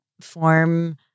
form